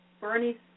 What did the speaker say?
Bernie